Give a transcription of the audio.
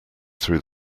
through